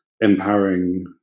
empowering